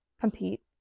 compete